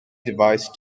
device